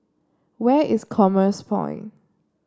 where is Commerce Point